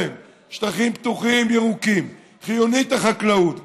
בהם שטחים פתוחים ירוקים וחיונית החקלאות,